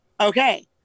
Okay